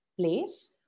place